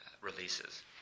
releases